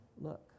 look